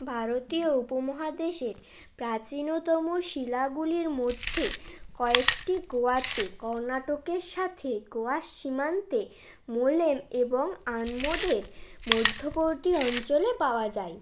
ভারতীয় উপমহাদেশের প্রাচীনতম শিলাগুলির মধ্যে কয়েকটি গোয়াতে কর্ণাটকের সাথে গোয়ার সীমান্তে মোলেম এবং আনমোদের মধ্যবর্তী অঞ্চলে পাওয়া যায়